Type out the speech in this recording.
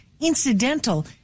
incidental